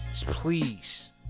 Please